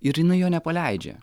ir jinai jo nepaleidžia